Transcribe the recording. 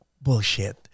bullshit